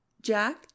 Jack